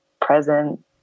present